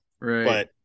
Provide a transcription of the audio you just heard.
right